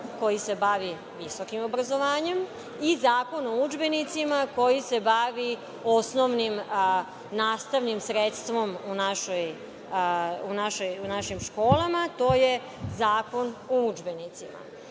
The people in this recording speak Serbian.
koji se bavi visokim obrazovanjem, i Zakon o udžbenicima, koji se bavi osnovnim nastavnim sredstvom u našim školama. Očigledno je da